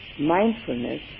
Mindfulness